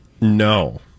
No